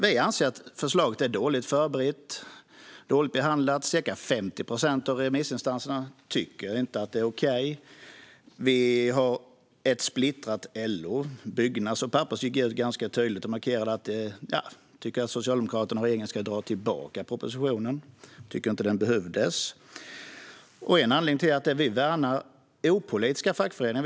Vi anser att förslaget är dåligt förberett och dåligt behandlat. Cirka 50 procent av remissinstanserna tycker inte att det är okej. Vi har ett splittrat LO; Byggnads och Pappers har gått ut ganska tydligt och markerat att de tycker att den socialdemokratiska regeringen ska dra tillbaka propositionen. De tyckte inte att den behövdes. En anledning till vår ståndpunkt är att vi värnar opolitiska fackföreningar.